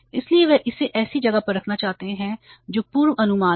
इसलिए वे इसे ऐसी जगह पर रखना चाहते हैं जो पूर्वानुमान हो